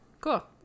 Cool